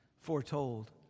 foretold